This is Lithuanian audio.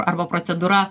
arba procedūra